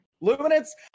luminance